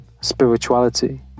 spirituality